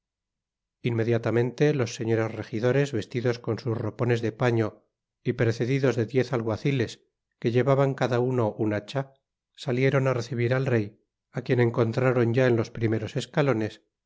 inmediatamente los señores rejidores vestidos con sus ropones de paño y precedidos de diez alguaciles que llevaban cada uno una hacha salieron a recibir al rey á quien encontraron ya en los primeros escalones